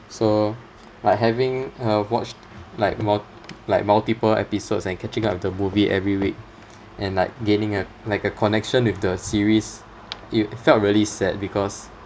so by having uh watched like mul~ like multiple episodes and catching up with the movie every week and like gaining a like a connection with the series it felt really sad because